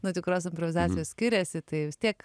nuo tikros improvizacijos skiriasi tai vis tiek